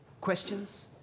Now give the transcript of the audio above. questions